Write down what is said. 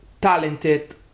talented